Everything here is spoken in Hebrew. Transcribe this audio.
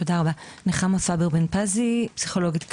נחמה סבר בן פזי, פסיכולוגית קלינית,